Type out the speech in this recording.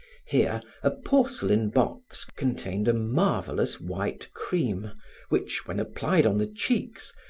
here, a porcelain box contained a marvelous white cream which, when applied on the cheeks,